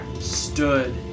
stood